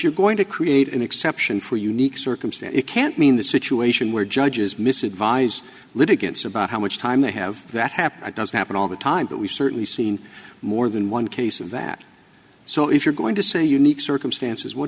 you're going to create an exception for unique circumstance it can't mean the situation where judges miss advised litigants about how much time they have that happen doesn't happen all the time but we've certainly seen more than one case of that so if you're going to say unique circumstances what